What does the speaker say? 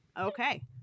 Okay